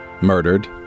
Murdered